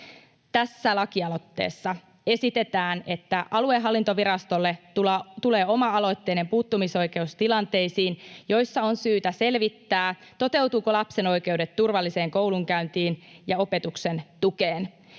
Tässä lakialoitteessa esitetään, että aluehallintovirastolle tulee oma-aloitteinen puuttumisoikeus tilanteisiin, joissa on syytä selvittää, toteutuvatko lapsen oikeudet turvalliseen koulunkäyntiin ja opetuksen tukeen.